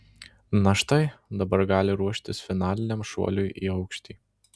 na štai dabar gali ruoštis finaliniam šuoliui į aukštį